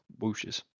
whooshes